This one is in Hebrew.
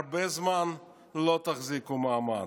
הרבה זמן לא תחזיקו מעמד.